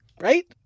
Right